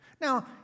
Now